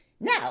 now